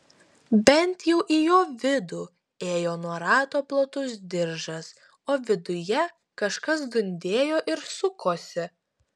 bent jau į jo vidų ėjo nuo rato platus diržas o viduje kažkas dundėjo ir sukosi